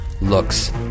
looks